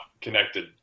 connected